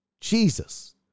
Jesus